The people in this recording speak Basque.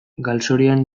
galzorian